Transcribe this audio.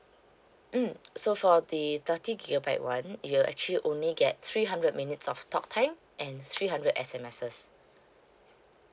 mm so for the thirty gigabyte one you'll actually only get three hundred minutes of talk time and three hundred S_M_Ses